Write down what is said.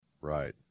Right